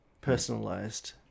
personalized